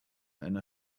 einer